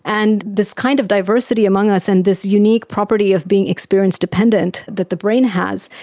and this kind of diversity among us and this unique property of being experience-dependent that the brain has,